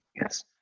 Yes